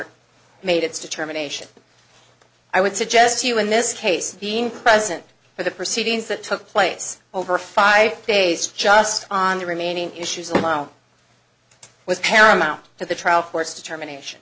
rt made its determination i would suggest to you in this case being present for the proceedings that took place over five days just on the remaining issues alone was paramount to the trial court's determination